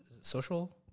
Social